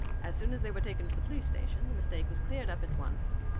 as soon as they were taken to the police station, the mistake was cleared up at once.